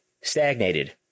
stagnated